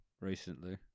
recently